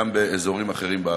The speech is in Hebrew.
זה גם באזורים אחרים בארץ,